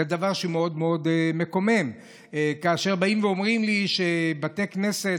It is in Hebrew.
זה דבר מאוד מקומם כאשר באים ואומרים לי שבבתי כנסת